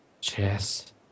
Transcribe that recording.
Chess